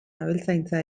abeltzaintza